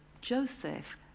joseph